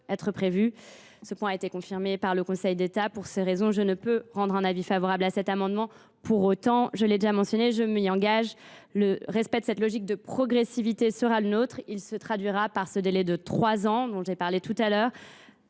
Ce point a été confirmé par le Conseil d’État. Pour ces raisons, le Gouvernement ne peut émettre un avis favorable sur cet amendement. Pour autant, je l’ai déjà mentionné, je m’engage à ce que cette logique de progressivité soit respectée. Elle se traduira par le délai de trois ans dont j’ai parlé tout à l’heure,